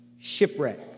shipwreck